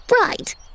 Right